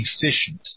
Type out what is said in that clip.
efficient